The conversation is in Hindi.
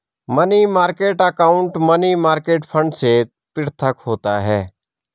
money market account money market fund से पृथक होता है